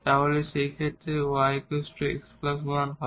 তাহলে সেই ক্ষেত্রে এই y x 1 হবে